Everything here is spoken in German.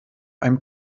einem